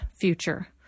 future